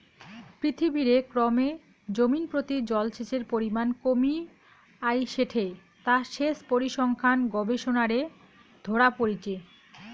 পৃথিবীরে ক্রমে জমিনপ্রতি জলসেচের পরিমান কমি আইসেঠে তা সেচ পরিসংখ্যান গবেষণারে ধরা পড়িচে